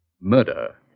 murder